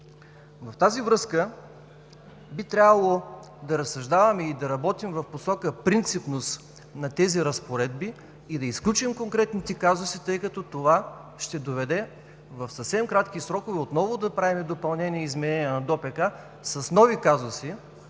В тази връзка би трябвало да разсъждаваме и да работим в посока принципност на тези разпоредби и да изключим конкретните казуси, тъй като това ще доведе в съвсем кратки срокове отново да правим допълнение и изменение на ДОПК с нови казуси.